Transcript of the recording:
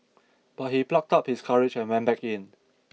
but he plucked up his courage and went back in